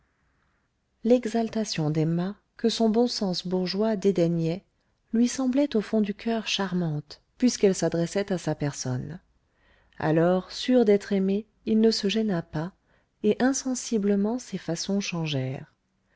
l'exaltation d'emma que son bon sens bourgeois dédaignait lui semblait au fond du coeur charmante puisqu'elle s'adressait à sa personne alors sûr d'être aimé il ne se gêna pas et insensiblement ses façons